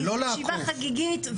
זאת ישיבה חגיגית,